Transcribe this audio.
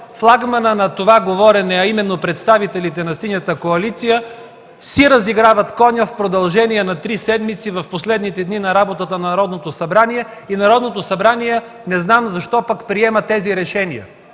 флагманът на това говорене, а именно представителите на Синята коалиция, си разиграват коня в продължение на три седмици в последните дни на работата на Народното събрание и Народното събрание –не знам защо пък приема тези решения.